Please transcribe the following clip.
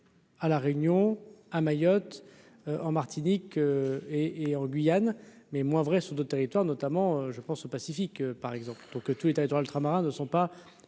à la Réunion à Mayotte en Martinique et et en Guyane, mais moins vrai sur d'autres territoires, notamment je pense Pacifique par exemple donc que tous les territoires ultramarins ne sont pas